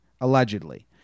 allegedly